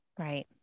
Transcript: Right